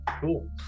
cool